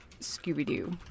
Scooby-Doo